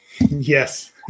Yes